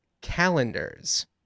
calendars